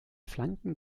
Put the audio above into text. flanken